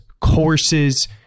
courses